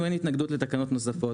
לנו אין התנגדות לתקנות נוספות.